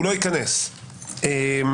הוא לא ייכנס לעליון.